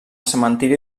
cementiri